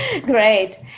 Great